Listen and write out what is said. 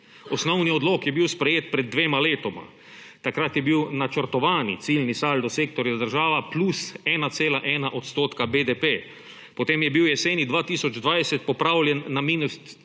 Osnovni odlok je bil sprejet pred dvema letoma. Takrat je bil načrtovani ciljni saldo sektorja država +1,1 % BDP. Potem je bil jeseni 2020 popravljen na –6,6 %,